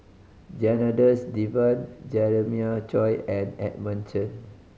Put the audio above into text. Janadas Devan Jeremiah Choy and Edmund Chen